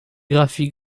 graphie